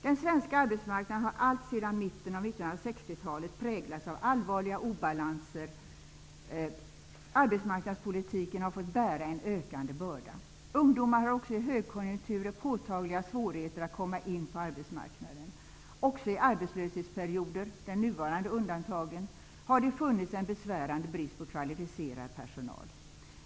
Den svenska arbetsmarknaden har alltsedan mitten av 1960-talet präglats av allvarliga obalanser. Arbetsmarknadspolitiken har fått bära en ökande börda. Ungdomar har också i högkonjunkturer påtagliga svårigheter att komma in på arbetsmarknaden. Också i arbetslöshetsperioder -- den nuvarande undantagen -- har det funnits en besvärande brist på kvalificerad personal.